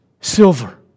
silver